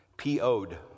P.O.'d